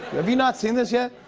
have you not seen this yet?